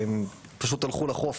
פשוט הלכו לחוף,